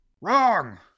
wrong